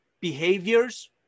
Behaviors